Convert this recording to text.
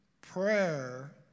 Prayer